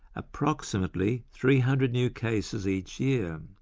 approximately three hundred new cases each year.